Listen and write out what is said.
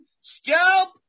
scalp